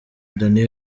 danny